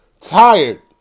tired